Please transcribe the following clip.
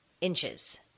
inches